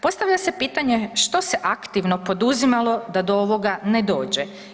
Postavlja se pitanje što se aktivno poduzimalo da do ovoga ne dođe.